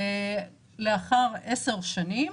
לאחר 10 שנים